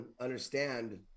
understand